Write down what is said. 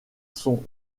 son